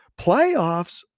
playoffs